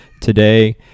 today